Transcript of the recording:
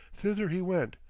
thither he went,